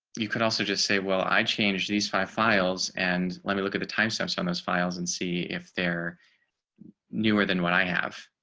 you could also just say, well, i changed these five files and let me look at the time steps on those files and see if they're newer than what i have